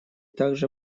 также